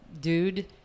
Dude